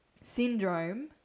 syndrome